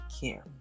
care